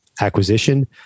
acquisition